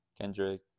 Kendrick